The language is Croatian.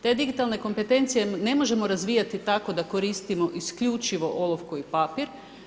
Te digitalne kompetencije ne možemo razvijati tako da koristimo isključivo olovku i papir.